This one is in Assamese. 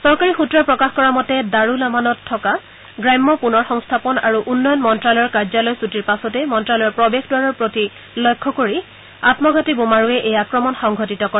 চৰকাৰী সূত্ৰই প্ৰকাশ কৰা মতে দাৰুলামানত থকা গ্ৰাম্য পুনৰসংস্থাপন আৰু উন্নয়ন মন্ত্যালয়ৰ কাৰ্য্যালয় ছুটিৰ পাছতেই মন্ত্যালয়ৰ প্ৰৱেশদ্বাৰৰ প্ৰতি লক্ষ্য কৰি আমঘাটী বোমাৰুৱে এই আক্ৰমণ সংঘটিত কৰে